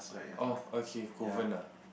oh okay Kovan ah